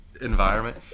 environment